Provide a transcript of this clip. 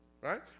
right